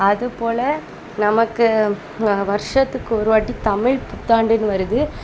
அதுபோல் நமக்கு வருஷத்துக்கு ஒரு வாட்டி தமிழ் புத்தாண்டுன்னு வருது